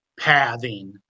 pathing